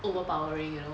overpowering you know